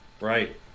right